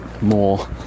more